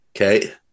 Okay